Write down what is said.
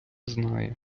знає